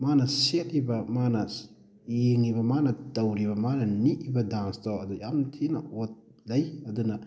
ꯃꯥꯅ ꯁꯦꯠꯂꯤꯕ ꯃꯥꯅ ꯌꯦꯡꯉꯤꯕ ꯃꯥꯅ ꯇꯧꯔꯤꯕ ꯃꯥꯅ ꯅꯤꯛꯏꯕ ꯗꯥꯟꯁꯇꯣ ꯌꯥꯝ ꯊꯤꯅ ꯑꯣꯠ ꯂꯩ ꯑꯗꯨꯅ